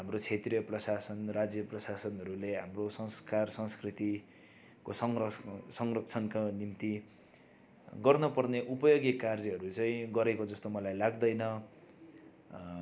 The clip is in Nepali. हाम्रो क्षेत्रीय प्रशासन राज्य प्रशासनहरूले हाम्रो संस्कार संस्कृतिको संरक्षण संरक्षणका निम्ति गर्न पर्ने उपयोगी कार्यहरू चाहिँ गरेको जस्तो मलाई लाग्दैन